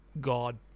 god